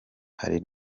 hari